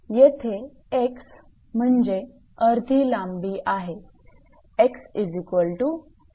येथे 𝑥 म्हणजे अर्धी लांबी आहे 𝑥𝐿2